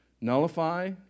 nullify